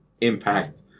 impact